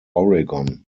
oregon